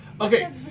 Okay